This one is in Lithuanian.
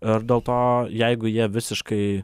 ir dėl to jeigu jie visiškai